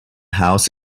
house